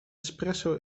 espresso